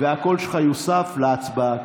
הקול שלך יוסף להצבעה הקודמת,